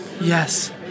Yes